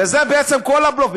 אפשר גם, וזה בעצם כל הבלוף.